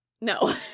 no